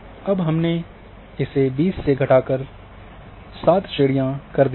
अब हमने 20 से घटाकर 7 श्रेणियां कर दी हैं